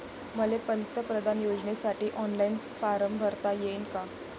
मले पंतप्रधान योजनेसाठी ऑनलाईन फारम भरता येईन का?